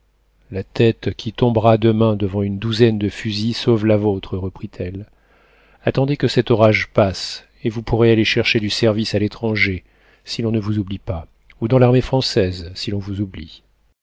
la tête qui tombera demain devant une douzaine de fusils sauve la vôtre reprit-elle attendez que cet orage passe et vous pourrez aller chercher du service à l'étranger si l'on ne vous oublie pas ou dans l'armée française si l'on vous oublie